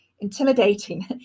intimidating